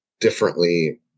differently